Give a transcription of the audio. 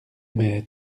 mais